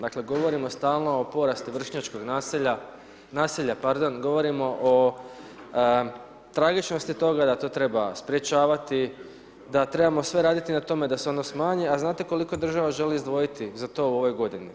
Dakle, govorimo stalno o porastu vršnjačkog nasilja, nasilja, pardon, govorimo o tragičnosti toga, da to treba sprječavati, da trebamo sve raditi na tome da se ono smanji, a znate koliko država želi izdvojiti za to u ovoj godini?